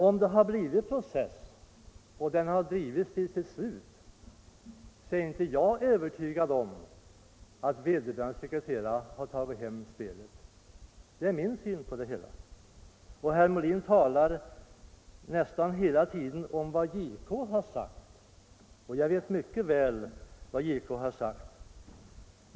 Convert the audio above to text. Om det hade blivit en process och den hade drivits till sitt slut är jag inte övertygad om att vederbörande sekreterare tagit hem spelet. Det är min syn på frågan. Herr Molin talar nästan hela tiden om vad JK har sagt, och jag vet mycket väl vad han har sagt.